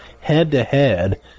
head-to-head